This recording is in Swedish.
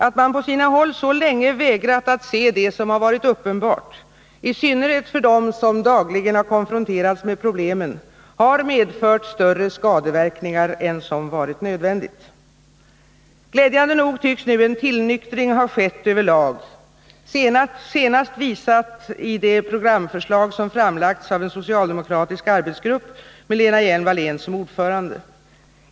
Att man på sina håll så länge har vägrat att se det som har varit uppenbart — i synnerhet för dem som dagligen har konfronterats med problemen — har medfört större skadeverkningar än som varit nödvändigt. Glädjande nog tycks nu en tillnyktring ha skett över lag, senast visad i det programförslag som framlagts av en socialdemokratisk arbetsgrupp med Lena Hjelm-Wallén som ordförande.